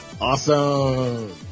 Awesome